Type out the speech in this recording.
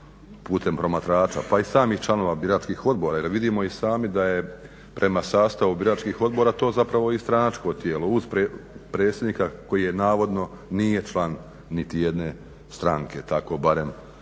putem promatrača pa i samih članova biračkih odbora jer vidimo i sami da je prema sastavu biračkih odbora to zapravo i stranačko tijelo, uz predsjednika koji navodno nije član niti jedne stranke. Tako barem